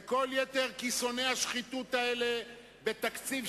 וכל יתר כיסוני השחיתות האלה בתקציב,